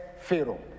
Pharaoh